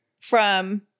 from-